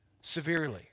severely